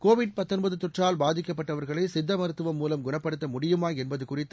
Covid தொற்றால் பாதிக்கப்பட்டவர்களை சித்த மருத்துவம் மூலம் குணப்படுத்த முடியுமா என்பது குறித்து